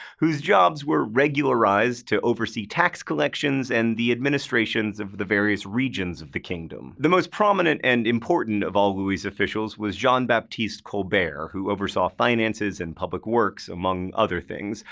whose jobs were regularized to oversee tax collections, and the administration's of the various regions of the kingdom. the most prominent and important of all louis's officials was jean-baptiste colbert, who oversaw finances and public works among other things.